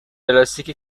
پلاستیک